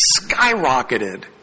skyrocketed